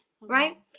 right